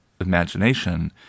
imagination